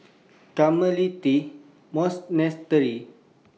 Carmelite Monastery